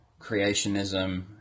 creationism